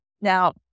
Now